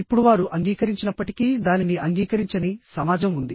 ఇప్పుడు వారు అంగీకరించినప్పటికీ దానిని అంగీకరించని సమాజం ఉంది